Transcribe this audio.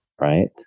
right